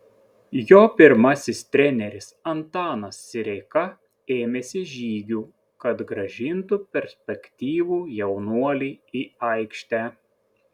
jo pirmasis treneris antanas sireika ėmėsi žygių kad grąžintų perspektyvų jaunuolį į aikštę